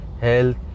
health